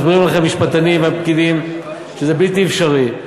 מסבירים לכם משפטנים ופקידים שזה בלתי אפשרי.